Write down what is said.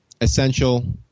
essential